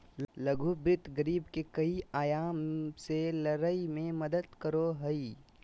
लघु वित्त गरीबी के कई आयाम से लड़य में मदद करो हइ